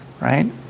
right